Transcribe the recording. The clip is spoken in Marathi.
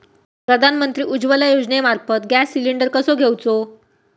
प्रधानमंत्री उज्वला योजनेमार्फत गॅस सिलिंडर कसो घेऊचो?